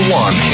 one